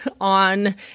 on